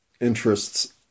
interests